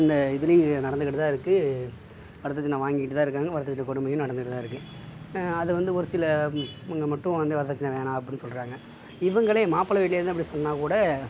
இந்த இதிலையும் நடந்துக்கிட்டு தான் இருக்குது வரதட்சணை வாங்கிட்டு தான் இருக்காங்க வரதட்சணை கொடுமையும் நடந்துகிட்டு தான் இருக்குது அதை வந்து ஒரு சில மட்டும் வந்து வரதட்சணை வேணாம் அப்படின்னு சொல்கிறாங்க இவங்களே மாப்பிள வீட்டில் இருந்து அப்படி சொன்னால் கூட